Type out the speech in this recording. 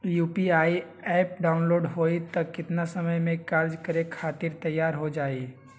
UPI app download होई त कितना समय मे कार्य करे खातीर तैयार हो जाई?